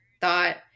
thought